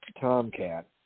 tomcat